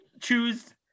choose